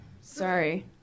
Sorry